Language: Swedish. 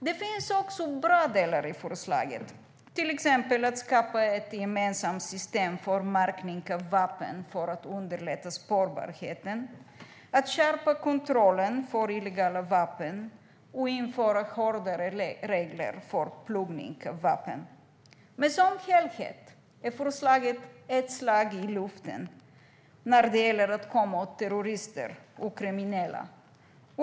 Det finns också bra delar i förslaget, till exempel att skapa ett gemensamt system för märkning av vapen för att underlätta spårbarheten, att skärpa kontrollen för illegala vapen och att införa hårdare regler för pluggning av vapen. Men som helhet är förslaget ett slag i luften när det gäller att komma åt terrorister och kriminella.